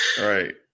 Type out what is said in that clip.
Right